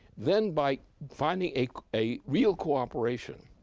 then, by finding a real cooperation,